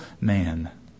man